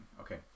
okay